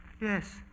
Yes